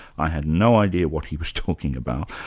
i had no idea what he was talking about.